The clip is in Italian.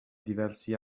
diversi